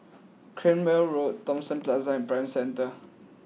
Cranwell Road Thomson Plaza and Prime Centre